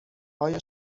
آیا